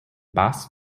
bass